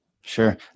Sure